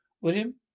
William